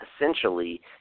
essentially